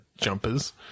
jumpers